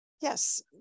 Yes